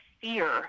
fear